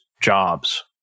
jobs